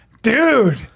Dude